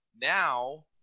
Now